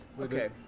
Okay